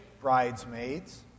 bridesmaids